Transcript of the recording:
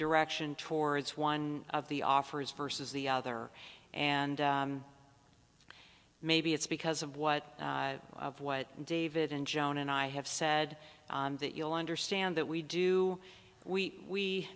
direction towards one of the offers versus the other and maybe it's because of what of what david and joan and i have said that you'll understand that we do we we